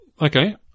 Okay